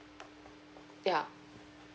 ya